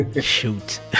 shoot